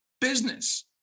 business